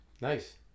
Nice